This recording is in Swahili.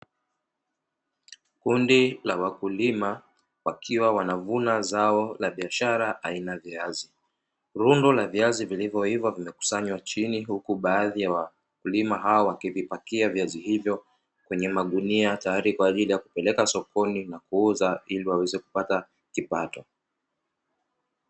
Kundi la wakulima wakiwa wanavuna zao la biashara aina ya viazi. Rundo la viazi vilivyo iva vikiwa vimekusanywa chini, huku baadhi ya wakulima hao wakivipakia viazi hivyo kwenye magunia. Huku wakiwa tayari kuvipeleka sokoni kuviuza ili kuweza kujipatia kipato.